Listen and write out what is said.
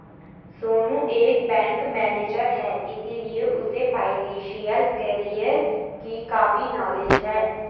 सोनू एक bank manager है इसीलिए उसे फाइनेंशियल कैरियर की काफी नॉलेज है